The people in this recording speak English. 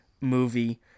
movie